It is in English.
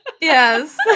yes